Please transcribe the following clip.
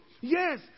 Yes